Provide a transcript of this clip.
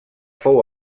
fou